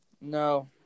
No